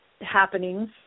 happenings